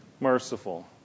merciful